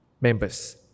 members